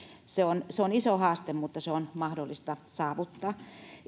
se on se on iso haaste mutta se on mahdollista saavuttaa